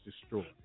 destroyed